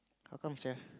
how come sia